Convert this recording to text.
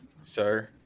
Sir